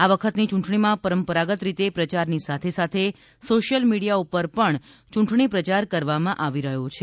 આ વખતની યૂંટણીમાં પરંપરાગત રીતે પ્રયારની સાથે સાથે સોશ્યલ મીડિયા ઉપર પણ ચૂંટણી પ્રચાર કરવામાં આવી રહ્યો છે